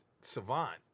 savant